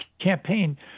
campaign